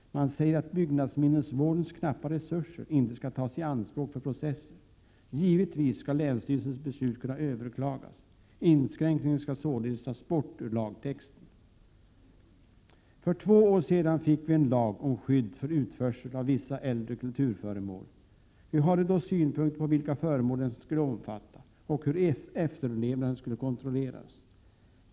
Regeringen säger att byggnadsminnesvårdens knappa resurser inte skall tas i anspråk för processer. Givetvis skall länsstyrelsens beslut kunna överklagas. Inskränkningen skall således tas bort ur lagtexten. För två år sedan fick vi en lag om skydd för utförsel av vissa äldre kulturföremål. Vi hade då synpunkter på vilka föremål den skulle omfatta och hur efterlevnaden skulle kontrolleras.